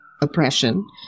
oppression